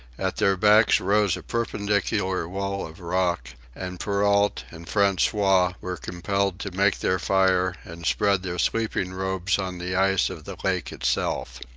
at their backs rose a perpendicular wall of rock, and perrault and francois were compelled to make their fire and spread their sleeping robes on the ice of the lake itself.